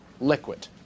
liquid